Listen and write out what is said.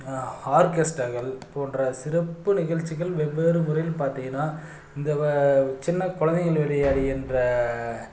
ஆர்க்கெஸ்ட்ராக்கள் போன்ற சிறப்பு நிகழ்ச்சிகள் வெவ்வேறு முறையில் பார்த்திங்கன்னா இந்த சின்ன குழந்தைகள் விளையாடுகின்ற